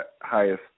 highest